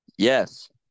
Yes